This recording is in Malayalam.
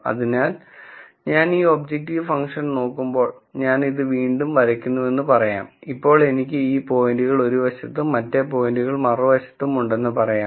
അതിനാൽ ഞാൻ ഈ ഒബ്ജക്റ്റീവ് ഫംഗ്ഷൻ നോക്കുമ്പോൾ ഞാൻ ഇത് വീണ്ടും വരയ്ക്കുന്നുവെന്ന് പറയാം ഇപ്പോൾ എനിക്ക് ഈ പോയിന്റുകൾ ഒരു വശത്തും മറ്റേ പോയിന്റുകൾ മറുവശത്തും ഉണ്ടെന്ന് പറയാം